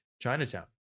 Chinatown